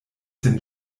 sin